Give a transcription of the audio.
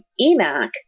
EMAC